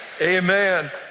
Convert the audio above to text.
amen